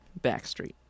Backstreet